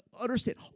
Understand